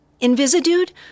Invisidude